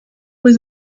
was